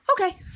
Okay